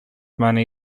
money